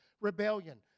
rebellion